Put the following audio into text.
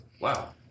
wow